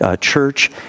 church